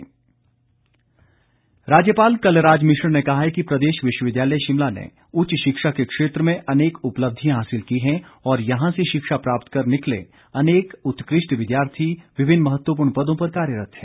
राज्यपाल राज्यपाल कलराज मिश्र ने कहा है कि प्रदेश विश्वविद्यालय शिमला ने उच्च शिक्षा के क्षेत्र में अनेक उपलब्धियां हासिल की हैं और यहां से शिक्षा प्राप्त कर निकले अनेक उत्कृष्ट विद्यार्थी विभिन्न महत्वपूर्ण पदों पर कार्यरत्त हैं